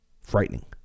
frightening